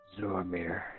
Zormir